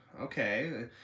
okay